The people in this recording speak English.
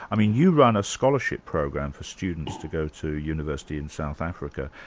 i mean you run a scholarship program for students to go to university in south africa.